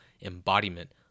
embodiment